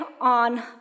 on